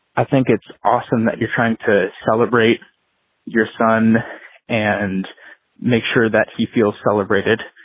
i think it's awesome that you're trying to celebrate your son and make sure that he feels celebrated.